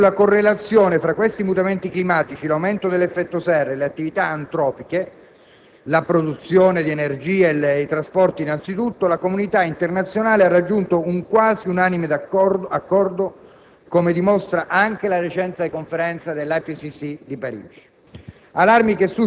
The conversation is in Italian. Ed ormai sulla correlazione fra questi mutamenti climatici, l'aumento dell'effetto serra e le attività antropiche (la produzione di energia e i trasporti innanzi tutto) la comunità internazionale ha raggiunto un quasi unanime accordo, come dimostra anche la recente Conferenza dell'IPCC di Parigi.